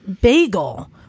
Bagel